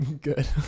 Good